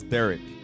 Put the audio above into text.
Derek